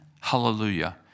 Hallelujah